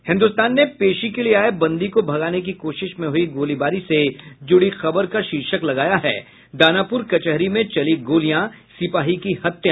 हिन्दुस्तान ने पेशी के लिए आये बंदी को भगाने की कोशिश में हुई गोलीबारी से जुड़ी खबर का शीर्षक लगाया है दानापुर कचहरी में चली गोलियां सिपाही की हत्या